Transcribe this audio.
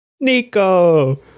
Nico